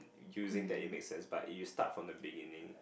using that it makes sense but if you start from the beginning